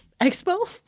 Expo